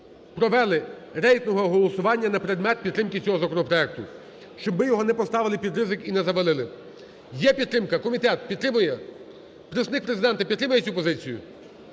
провели рейтингове голосування на предмет підтримки цього законопроекту, щоб ми його не поставили під ризик і не завалили. Є підтримка? Комітет, підтримує? Представник Президента, підтримує цю позицію?